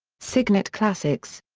signet classics.